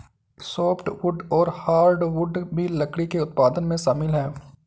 softwood और hardwood भी लकड़ी के उत्पादन में शामिल है